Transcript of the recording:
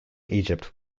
egypt